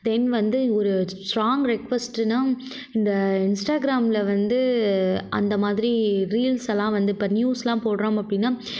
தென் வந்து ஒரு ஸ்ட்ராங் ரெக்வஸ்ட்னால் இந்த இன்ஸ்டாக்ராமில் வந்து அந்த மாதிரி ரீல்ஸ்ஸெலாம் வந்து இப்போ நியூஸெலாம் போடுறோம் அப்படினா